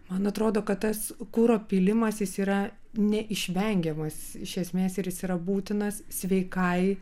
man atrodo kad tas kuro pylimas jis yra neišvengiamas iš esmės ir jis yra būtinas sveikai